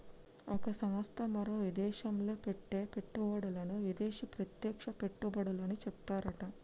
ఒక సంస్థ మరో విదేశంలో పెట్టే పెట్టుబడులను విదేశీ ప్రత్యక్ష పెట్టుబడులని చెప్తారట